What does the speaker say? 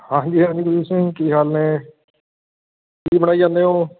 ਹਾਂਜੀ ਹਾਂਜੀ ਗੁਰਜੀਤ ਸਿੰਘ ਕੀ ਹਾਲ ਨੇ ਕੀ ਬਣਾਈ ਜਾਂਦੇ ਹੋ